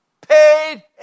Paid